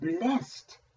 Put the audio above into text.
Blessed